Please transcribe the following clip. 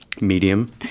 Medium